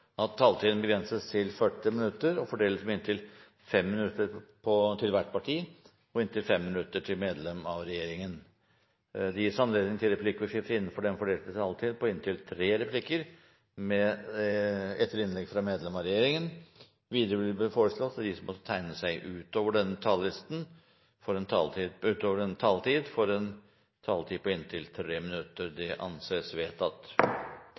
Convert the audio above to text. at taletiden begrenses til 40 minutter og fordeles med inntil 5 minutter til hvert parti og inntil 5 minutter til medlem av regjeringen. Videre vil presidenten foreslå at det gis anledning til replikkordskifte på inntil tre replikker med svar etter innlegg fra medlem av regjeringen innenfor den fordelte taletid. Videre blir det foreslått at de som måtte tegne seg på talerlisten utover den fordelte taletid, får en taletid på inntil 3 minutter. – Det anses vedtatt.